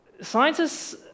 Scientists